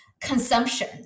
consumption